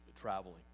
traveling